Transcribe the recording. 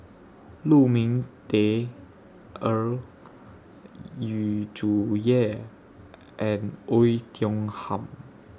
Lu Ming Teh Earl Yu Zhuye and Oei Tiong Ham